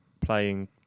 playing